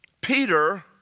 Peter